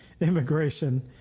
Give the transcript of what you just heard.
immigration